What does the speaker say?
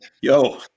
yo